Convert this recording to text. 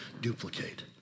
duplicate